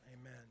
Amen